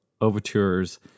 Overtures